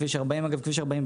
כביש 40,